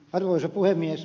arvoisa puhemies